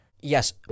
Yes